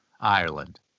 Ireland